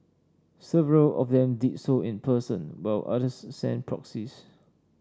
several of them did so in person while others sent proxies